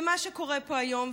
מאוד מאוד בסיסי במה שקורה פה היום,